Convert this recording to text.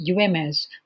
UMS